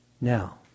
Now